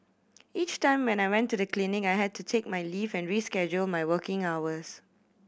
each time when I went to the clinic I had to take my leave and reschedule my working hours